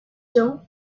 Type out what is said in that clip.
young